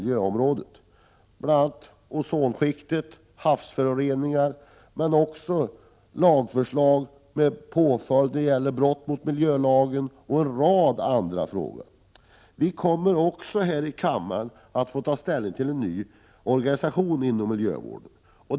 Det kommer bl.a. att gälla ozonskiktet och havsföroreningarna, men också lagförslag om påföljd då det gäller brott mot miljölagen och en rad andra frågor. Vi kommer också här i kammaren att få ta ställning till en ny organisation inom miljövårdsområdet.